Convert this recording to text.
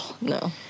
no